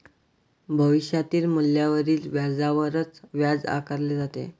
भविष्यातील मूल्यावरील व्याजावरच व्याज आकारले जाते